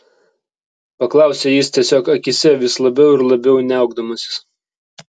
paklausė jis tiesiog akyse vis labiau ir labiau niaukdamasis